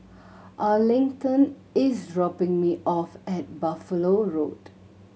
Arlington is dropping me off at Buffalo Road